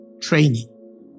training